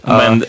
men